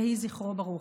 יהיה זכרו ברוך.